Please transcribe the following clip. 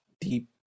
deep